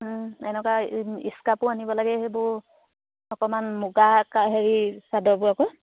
এনেকুৱা ইস্কাপো আনিব লাগে সেইবোৰ অকণমান মুগা হেৰি চাদৰবোৰকৈ